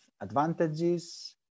advantages